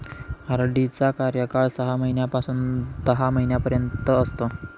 RD चा कार्यकाळ सहा महिन्यापासून दहा महिन्यांपर्यंत असतो